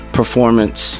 performance